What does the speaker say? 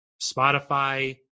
Spotify